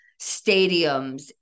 stadiums